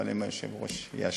אם היושב-ראש יאשר.